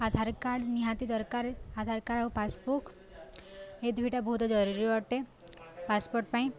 ଆଧାର card ନିହାତି ଦରକାର Aadhaar card ଆଉ ପାସ୍ବୁକ୍ ଏ ଦୁଇଟା ବହୁତ ଜରୁରୀ ଅଟେ ପାସପୋର୍ଟ ପାଇଁ